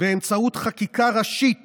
באמצעות חקיקה ראשית